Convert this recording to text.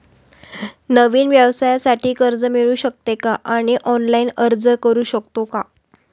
नवीन व्यवसायासाठी कर्ज मिळू शकते का आणि ऑनलाइन अर्ज करू शकतो का?